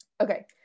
okay